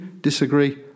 disagree